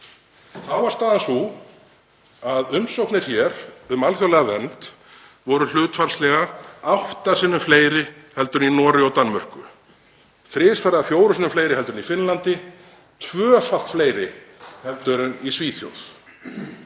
þá var staðan sú að umsóknir hér um alþjóðlega vernd voru hlutfallslega átta sinnum fleiri heldur en í Noregi og Danmörku, þrisvar eða fjórum sinnum fleiri en í Finnlandi, tvöfalt fleiri heldur en í Svíþjóð.